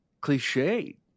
cliche